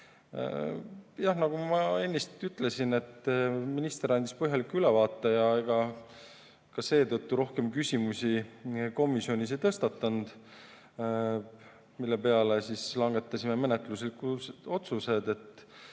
Nagu ma ennist ütlesin, minister andis põhjaliku ülevaate ja seetõttu rohkem küsimusi komisjonis ei tõstatunud. Selle peale langetasime menetluslikud otsused: